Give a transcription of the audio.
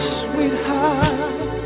sweetheart